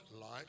light